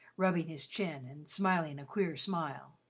rubbing his chin and smiling a queer smile.